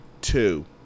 two